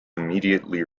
immediately